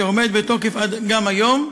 שעומד בתוקף גם היום.